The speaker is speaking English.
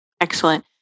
Excellent